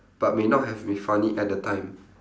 but may not have been funny at the time